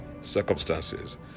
circumstances